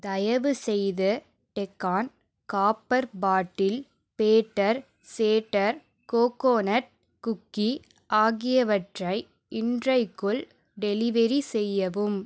தயவுசெய்து Deccan copper bottle batter சேட்டர் coconut cookie ஆகியவற்றை இன்றைக்குள் டெலிவரி செய்யவும்